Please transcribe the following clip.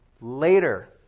later